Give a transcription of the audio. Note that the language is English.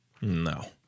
no